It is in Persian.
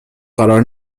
قرار